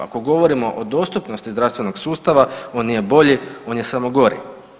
Ako govorimo o dostupnosti zdravstvenog sustava on nije bolji, on je samo godi.